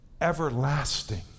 everlasting